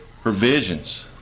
provisions